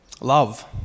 Love